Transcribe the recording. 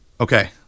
Okay